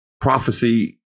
prophecy